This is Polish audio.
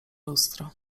lustro